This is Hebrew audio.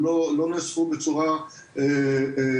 הם לא נאספו בצורה רציפה,